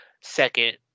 second